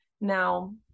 Now